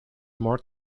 more